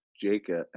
Jacob